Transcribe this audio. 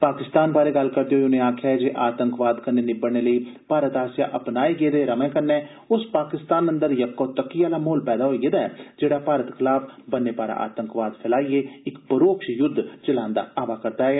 पाकिस्तान बारे गल्ल करदे होई उनें आक्खेआ जे आतंकवाद कन्नै निबडने लेई भारत आस्सेआ अपनाए गेदे रमै कन्नै उस पाकिस्तान अंदर यक्कोतक्की आला माहोल पैदा होई गेदा ऐ जेह्ड़ा भारत खलाफ बन्ने पारा आतंकवाद फैलाइयै इक परोक्ष युद्ध चला'रदा आवा करदा ऐ